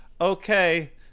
okay